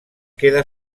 queda